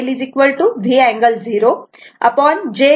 तेव्हा इथे IR V angle 0 o असे रेफरन्स होल्टेज दिलेले आहे